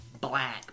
Black